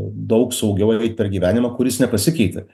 daug saugiau eit per gyvenimą kuris nepasikeitė